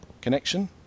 connection